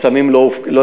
את הסמים לא הפקרנו,